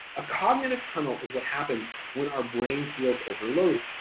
a cognitive tunnel is what happens when our brain feels overloaded.